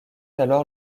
alors